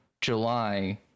July